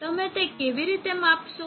તમે તે કેવી રીતે માપશો